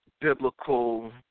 biblical